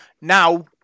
now